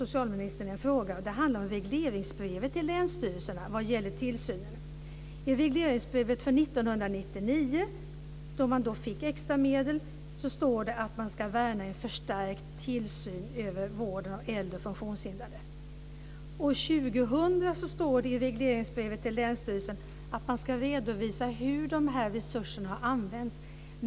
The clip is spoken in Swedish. I regleringsbrevet för 1999, då man fick extra medel, står det att man ska värna en förstärkt tillsyn över vården av äldre och funktionshindrade. År 2000 står det i regleringsbrevet till länsstyrelsen att man ska redovisa hur de här resurserna har använts.